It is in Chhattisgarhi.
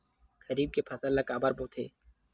खरीफ के फसल ला काबर बोथे?